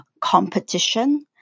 competition